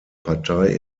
partei